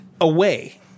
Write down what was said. away